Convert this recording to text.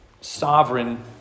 sovereign